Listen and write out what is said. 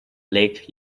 lake